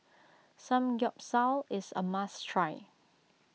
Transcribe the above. Samgeyopsal is a must try